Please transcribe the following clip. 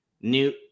Newt